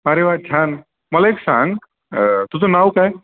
अरे वाह छान मला एक सांग तुझं नाव काय